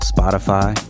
Spotify